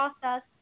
process